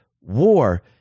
War